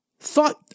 thought